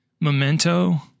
memento